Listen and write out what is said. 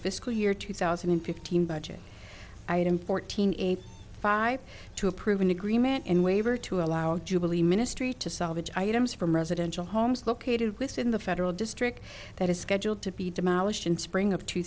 fiscal year two thousand and fifteen budget item fourteen eighty five to approve an agreement and waiver to allow the jubilee ministry to salvage items from residential homes located within the federal district that is scheduled to be demolished in spring of two